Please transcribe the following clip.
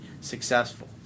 successful